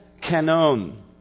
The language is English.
canon